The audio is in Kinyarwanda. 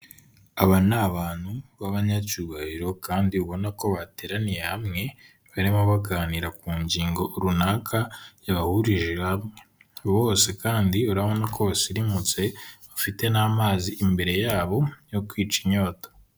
Aba ni abantu b'abanyacyubahiro kandi ubona ko bateraniye hamwe barimo baganira ku ngingo runaka yabahurije hamwe; bose kandi urabona ko basirimutse, bafite n'amazi imbere yabo yo kwica inyota.